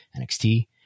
NXT